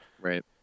Right